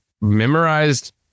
memorized